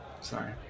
Sorry